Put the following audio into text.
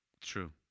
True